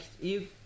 you-